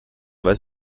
weiß